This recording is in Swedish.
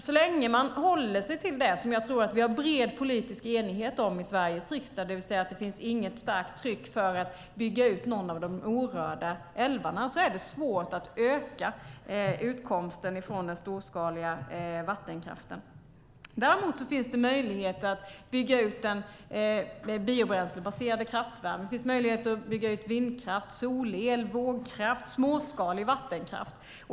Så länge man håller sig till det som jag tror att vi har bred politisk enighet om i Sveriges riksdag - det finns inte något starkt tryck för att bygga ut någon av de orörda älvarna - är det svårt att öka utkomsten från den storskaliga vattenkraften. Däremot finns det möjlighet att bygga ut den biobaserade kraftvärmen. Det finns möjlighet att bygga ut vindkraft, solel, vågkraft och småskalig vattenkraft.